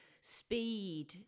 speed